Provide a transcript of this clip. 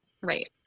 Right